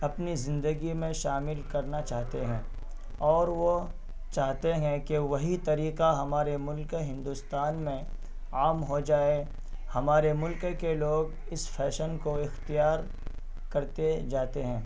اپنی زندگی میں شامل کرنا چاہتے ہیں اور وہ چاہتے ہیں کہ وہی طریقہ ہمارے ملک ہندوستان میں عام ہو جائے ہمارے ملک کے لوگ اس فیشن کو اختیار کرتے جاتے ہیں